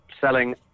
selling